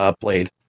played